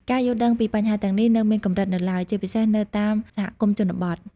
ការយល់ដឹងពីបញ្ហាទាំងនេះនៅមានកម្រិតនៅឡើយ ជាពិសេសនៅតាមសហគមន៍ជនបទ។